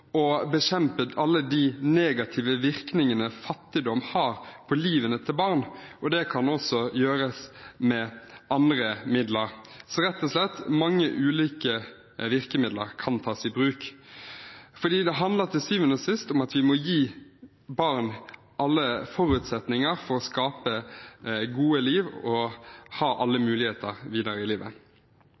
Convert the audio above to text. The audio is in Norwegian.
kan også gjøres med andre midler. Rett og slett: Mange ulike virkemidler kan tas i bruk. Det handler til syvende og sist om at vi må gi barn alle forutsetninger for å skape et godt liv og ha alle muligheter videre i livet.